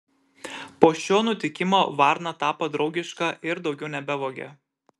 po šio nutikimo varna tapo draugiška ir daugiau nebevogė